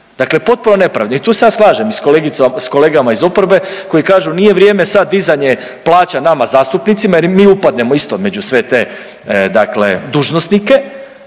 dakle potpuno nepravedno i tu se ja slažem i s kolegama iz oporbe koji kažu, nije vrijeme sad dizanje plaća nama zastupnici jer mi upadnemo isto među sve te dakle dužnosnike,